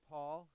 Paul